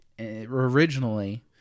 originally